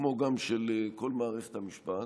כמו גם של כל מערכת המשפט,